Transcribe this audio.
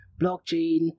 blockchain